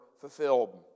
fulfilled